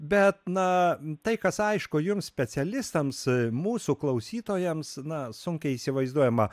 bet na tai kas aišku jums specialistams mūsų klausytojams na sunkiai įsivaizduojama